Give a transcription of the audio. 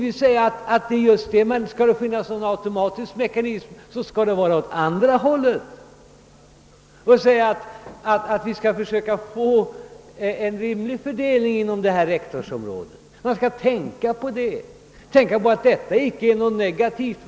Vi säger att om det skall vara en automatisk mekanism så bör den verka åt andra hållet. Vi säger att vi skall försöka få en rimlig fördelning i detta rektorsområde. Man skall tänka på att detta icke är något negativt.